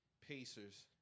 Pacers